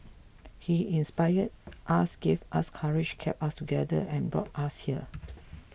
he inspired us gave us courage kept us together and brought us here